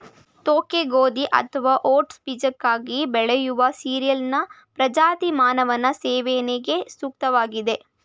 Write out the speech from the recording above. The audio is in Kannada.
ತೋಕೆ ಗೋಧಿ ಅಥವಾ ಓಟ್ಸ್ ಬೀಜಕ್ಕಾಗಿ ಬೆಳೆಯುವ ಸೀರಿಯಲ್ನ ಪ್ರಜಾತಿ ಮಾನವನ ಸೇವನೆಗೆ ಸೂಕ್ತವಾಗಿದೆ